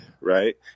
Right